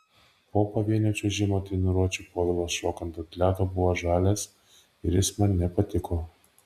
po pavienio čiuožimo treniruočių povilas šokant ant ledo buvo žalias ir jis man nepatiko